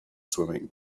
swimming